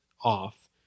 off